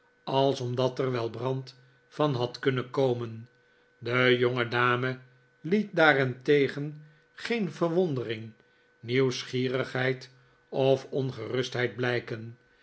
als omdat er wel brand van had kunnen komen de jongedame liet daarentegen geen verwondering nieuwsgierigheid of ongerustheid blijken